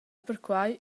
perquai